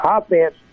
offense